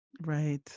Right